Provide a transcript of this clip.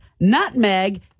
nutmeg